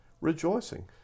rejoicing